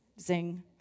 Zing